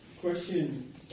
Question